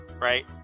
right